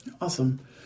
Awesome